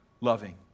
loving